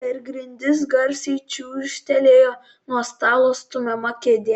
per grindis garsiai čiūžtelėjo nuo stalo stumiama kėdė